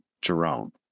Jerome